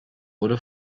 wurde